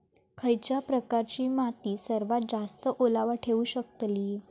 खयच्या प्रकारची माती सर्वात जास्त ओलावा ठेवू शकतली?